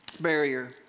barrier